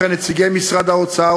שלו בקריאה השלישית.